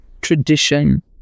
tradition